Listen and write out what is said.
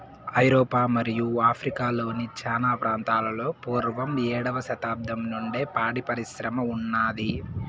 ఐరోపా మరియు ఆఫ్రికా లోని చానా ప్రాంతాలలో పూర్వం ఏడవ శతాబ్దం నుండే పాడి పరిశ్రమ ఉన్నాది